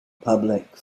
public